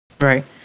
Right